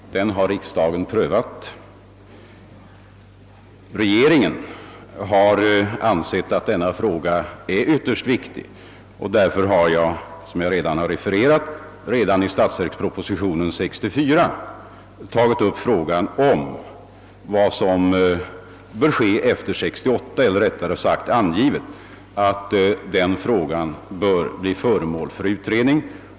Den har riksdagen prövat. Inom regeringen har vi ansett att frågan är ytterst viktig, och därför har jag — som jag refererade — redan i statsverkspropositionen år 1964 angivit att frågan om vad som bör ske efter 1968 bör bli föremål för utredning.